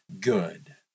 good